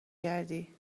کردی